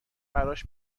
براش